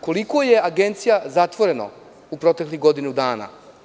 Koliko je agencija zatvoreno u proteklih godinu dana?